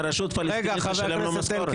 אם הרשות הפלסטינית תשלם לו משכורת.